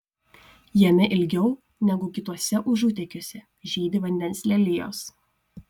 jame ilgiau negu kituose užutėkiuose žydi vandens lelijos